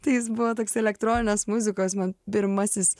tai jis buvo toks elektroninės muzikos man pirmasis